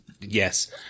Yes